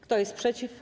Kto jest przeciw?